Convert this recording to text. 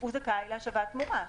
הוא זכאי להשבת תמורה.